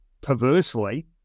perversely